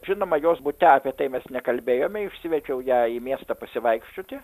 žinoma jos bute apie tai mes nekalbėjome išsivedžiau ją į miestą pasivaikščioti